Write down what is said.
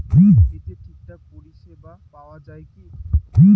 এতে ঠিকঠাক পরিষেবা পাওয়া য়ায় কি?